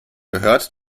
gehört